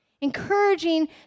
Encouraging